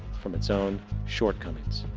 from it's own shortcomings.